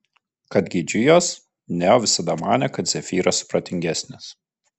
kad geidžiu jos neo visada manė kad zefyras supratingesnis